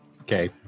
Okay